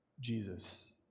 Jesus